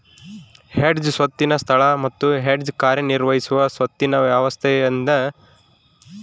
hedge ಸ್ವತ್ತಿನ ಸ್ಥಳ ಮತ್ತು ಹೆಡ್ಜ್ ಕಾರ್ಯನಿರ್ವಹಿಸುವ ಸ್ವತ್ತಿನ ವ್ಯತ್ಯಾಸದಿಂದಾಗಿ ಅಪಾಯವು ಉಂಟಾತೈತ